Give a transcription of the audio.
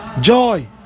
Joy